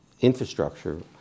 infrastructure